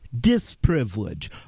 disprivilege